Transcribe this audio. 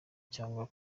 cyangwa